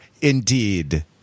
indeed